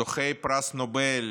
זוכי פרס נובל,